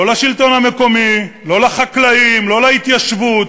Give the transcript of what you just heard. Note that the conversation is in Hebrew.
לא לשלטון המקומי, לא לחקלאים, לא להתיישבות,